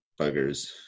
buggers